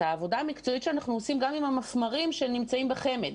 את העבודה המקצועית שלנו אנחנו עושים גם אם המפמ"רים שנמצאים בחמ"ד.